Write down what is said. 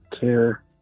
care